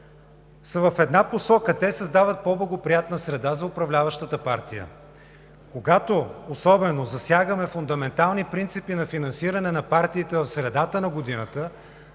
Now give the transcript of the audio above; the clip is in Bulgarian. са в една посока – те създават по-благоприятна среда за управляващата партия. Особено, когато засягаме фундаментални принципи на финансиране на партиите в средата на годината,